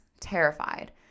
Terrified